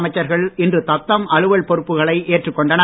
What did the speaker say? அமைச்சர்கள் இன்று தத்தம் அலுவல் பொறுப்புகளை ஏற்றுக் கொண்டனர்